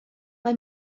mae